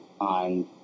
on